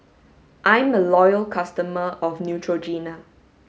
I'm a loyal customer of Neutrogena